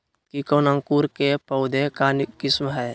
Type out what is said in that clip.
केतकी कौन अंकुर के पौधे का किस्म है?